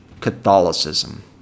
Catholicism